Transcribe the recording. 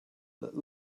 that